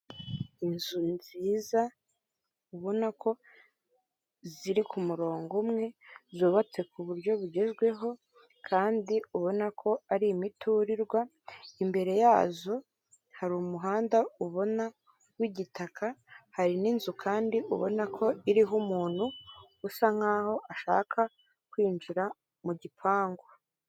Inzu nziza ubona ko ziri ku murongo umwe, zubatse ku buryo bugezweho kandi ubona ko ari imiturirwa, imbere yazo hari umuhanda ubona w'igitaka, hari n'inzu kandi ubona ko iriho umuntu usa nk'aho ashaka kwinjira mu gipangu.